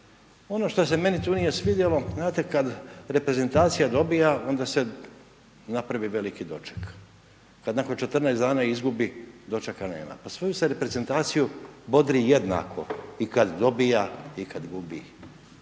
Ono što se meni tu nije svidjelo, znate kad reprezentacija dobija onda se napravi veliki doček, kad nakon 14 dana izgubi dočekana je …/nerazumljivo/… Pa svoju se reprezentaciju bodri jednako i kad dobija i kad gubi.